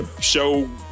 Show